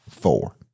four